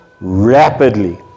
Rapidly